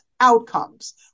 outcomes